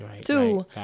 Two